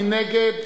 מי נגד?